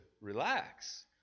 relax